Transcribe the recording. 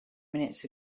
minutes